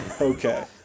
Okay